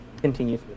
continue